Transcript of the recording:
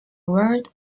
award